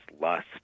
lust